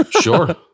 Sure